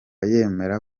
yemera